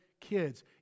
kids